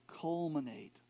culminate